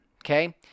Okay